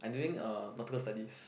I doing uh Nautical studies